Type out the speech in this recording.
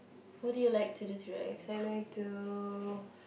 what do you like to do to relax I like to